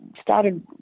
started